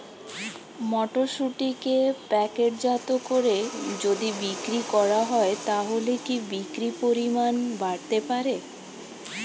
মটরশুটিকে প্যাকেটজাত করে যদি বিক্রি করা হয় তাহলে কি বিক্রি পরিমাণ বাড়তে পারে?